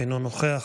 אינו נוכח,